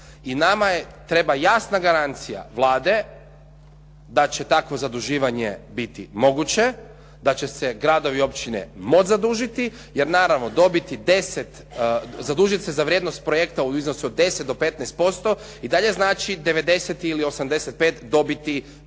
I nama je treba jasna garancija, Vlade da će tako zaduživanje biti moguće, da će se gradovi i općine moći zadužiti, jer naravno dobiti 10, zadužiti se za vrijednost projekata u iznosu od 10 do 15% i dalje znači 90 ili 85 dobiti